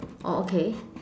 oh okay